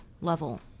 level